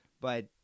But-